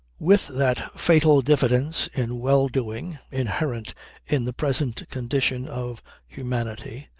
with that fatal diffidence in well doing, inherent in the present condition of humanity,